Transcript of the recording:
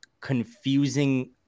confusing